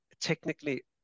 technically